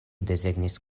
desegnis